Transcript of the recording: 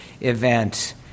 event